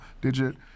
digit